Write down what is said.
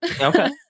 Okay